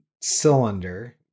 cylinder